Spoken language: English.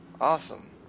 Awesome